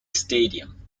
stadium